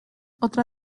otra